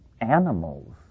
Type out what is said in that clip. animals